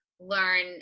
learn